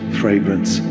fragrance